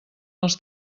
els